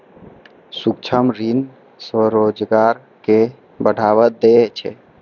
सूक्ष्म ऋण स्वरोजगार कें बढ़ावा दै छै